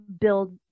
build